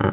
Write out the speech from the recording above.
ah